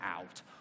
out